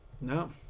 No